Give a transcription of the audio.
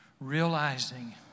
realizing